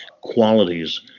qualities